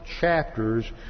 chapters